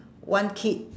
one kid